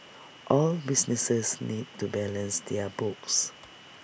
all businesses need to balance their books